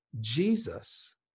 Jesus